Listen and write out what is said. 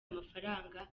amafaranga